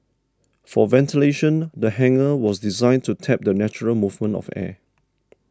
for ventilation the hangar was designed to tap the natural movement of air